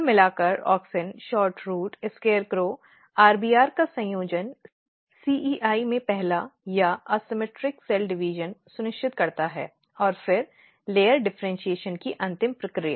कुल मिलाकर auxin SHORTROOT SCARECROW RBR का संयोजन CEI में पहला या असममित कोशिका विभाजन सुनिश्चित करता है और फिर परत डिफरेन्शीऐशन की अंतिम प्रक्रिया